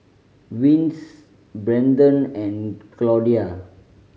Vince Brenden and Claudia